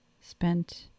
spent